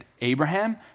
Abraham